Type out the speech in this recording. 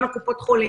גם על קופות חולים,